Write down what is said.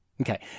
Okay